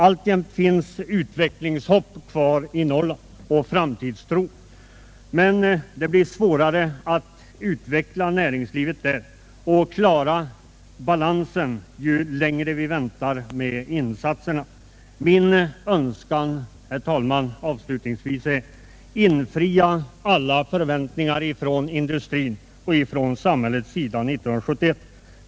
Alltjämt finns utvecklingshopp kvar i Norrland och framtidstro, men det blir svårare att utveckla näringslivet där och klara balansen ju längre vi väntar med insatserna. Min önskan, herr talman, är avslutningsvis: Infria alla förväntningar från industrins och samhällets sida 1971!